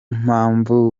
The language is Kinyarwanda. mpamvu